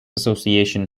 association